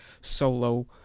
solo